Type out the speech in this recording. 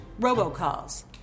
robocalls